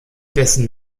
dessen